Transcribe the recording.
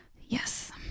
Yes